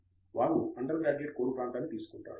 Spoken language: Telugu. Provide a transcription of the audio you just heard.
వారు అండర్ గ్రాడ్యుయేట్ కోర్ ప్రాంతాన్ని తీసుకుంటారు